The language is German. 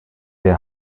der